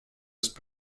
ist